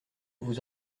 vous